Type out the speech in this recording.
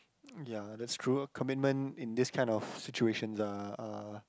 um ya that's true ah commitment in this kind of situations are are